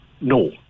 No